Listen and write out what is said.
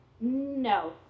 no